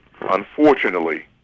unfortunately